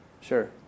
sure